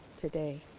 today